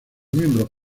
miembros